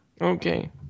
Okay